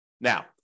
Now